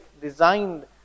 designed